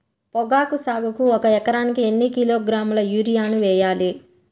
పొగాకు సాగుకు ఒక ఎకరానికి ఎన్ని కిలోగ్రాముల యూరియా వేయాలి?